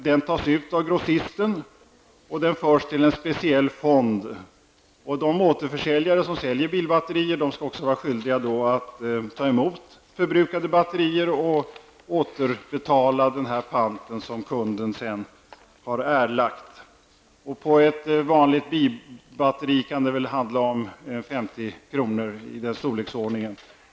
Den tas ut av grossisten och förs till en speciell fond. De återförsäljare som försäljer bilbatterier skall också vara skyldiga att ta emot förbrukade batterier och återbetala den pant som kunden har erlagt. För ett vanligt bilbatteri kan det handla om i storleksordningen 50 kr.